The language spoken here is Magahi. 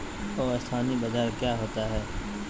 अस्थानी बाजार क्या होता है?